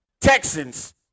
Texans